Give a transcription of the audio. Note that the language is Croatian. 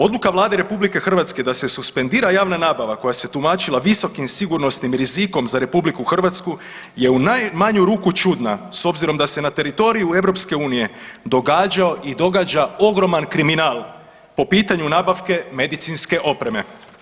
Odluka Vlade RH da se suspendira javna nabava koja se tumačila visokim sigurnosnim rizikom za RH je u najmanju ruku čudna s obzirom da se na teritoriju EU događao i događa ogroman kriminal po pitanju nabavke medicinske opreme.